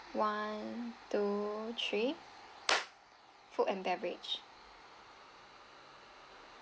one two three food and beverage